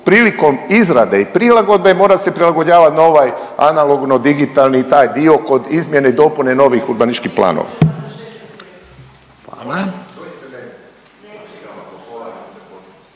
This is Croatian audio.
prilikom izrade i prilagodbe morat se prilagođavat na ovaj analogno digitalni i taj dio kod izmjene i dopune novih urbanističkih planova.